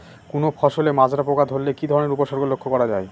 কোনো ফসলে মাজরা পোকা ধরলে কি ধরণের উপসর্গ লক্ষ্য করা যায়?